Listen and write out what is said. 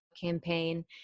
campaign